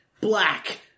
Black